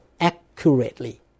accurately